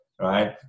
right